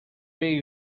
pay